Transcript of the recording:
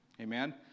Amen